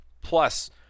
Plus